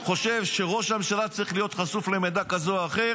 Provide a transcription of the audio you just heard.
שראש הממשלה צריך להיות חשוף למידע כזה או אחר,